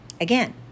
Again